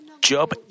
Job